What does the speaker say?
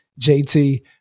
JT